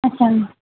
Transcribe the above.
अच्छा